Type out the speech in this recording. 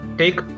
take